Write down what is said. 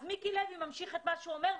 אז מיקי לוי ממשיך את מה שהוא אומר,